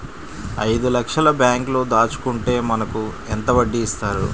ఐదు లక్షల బ్యాంక్లో దాచుకుంటే మనకు ఎంత వడ్డీ ఇస్తారు?